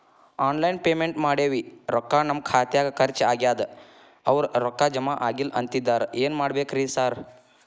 Online payment ಮಾಡೇವಿ ರೊಕ್ಕಾ ನಮ್ ಖಾತ್ಯಾಗ ಖರ್ಚ್ ಆಗ್ಯಾದ ಅವ್ರ್ ರೊಕ್ಕ ಜಮಾ ಆಗಿಲ್ಲ ಅಂತಿದ್ದಾರ ಏನ್ ಮಾಡ್ಬೇಕ್ರಿ ಸರ್?